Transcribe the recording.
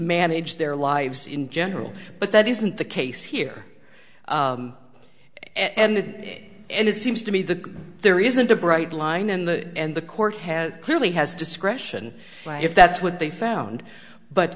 manage their lives in general but that isn't the case here and it and it seems to me that there isn't a bright line in the end the court has clearly has discretion if that's what they found but